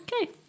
Okay